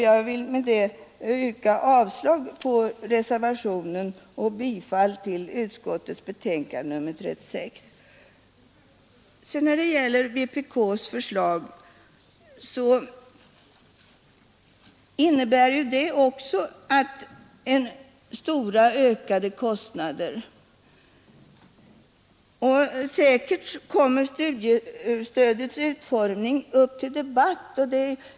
Jag vill med detta yrka avslag på reservationen och bifall till utskottets hemställan i betänkandet nr 36. Vpk:s förslag innebär också stora ökade kostnader. Säkert kommer studiestödets utformning upp till debatt.